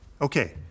Okay